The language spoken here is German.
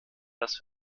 das